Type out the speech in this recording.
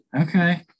Okay